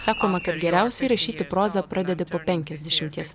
sakoma kad geriausiai rašyti prozą pradedi po penkiasdešimties